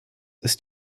ist